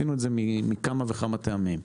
עשינו זאת מכמה וכמה טעמים.